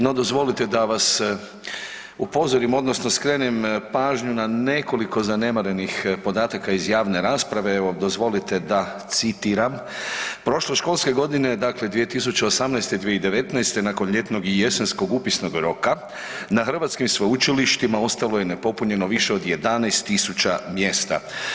No, dozvolite da vas upozorim odnosno skrenem pažnju na nekoliko zanemarenih podataka iz javne rasprave, evo dozvolite da citiram: „Prošle školske godine dakle 2018/2019 nakon ljetnog i jesenskog upisnog roka na hrvatskim sveučilištima ostalo je nepopunjeno više od 11.000 mjesta.